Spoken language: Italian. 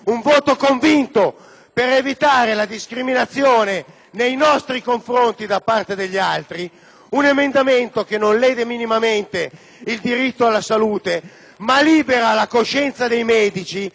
un emendamento che non lede minimamente il diritto alla salute, ma libera la coscienza dei medici che possono, da un lato, compiere il proprio ruolo assistenziale ma, dall'altro, possono essere